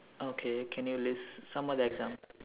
okay can you list some of the example